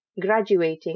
graduating